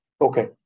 Okay